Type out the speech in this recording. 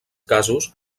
casos